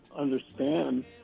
understand